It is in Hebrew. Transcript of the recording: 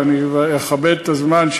ואני אכבד את הזמן.